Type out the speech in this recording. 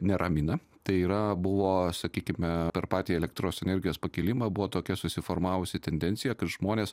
neramina tai yra buvo sakykime per patį elektros energijos pakilimą buvo tokia susiformavusi tendencija kad žmonės